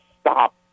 stop